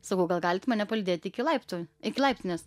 sakau gal galit mane palydėti iki laiptų iki laiptinės